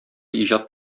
иҗат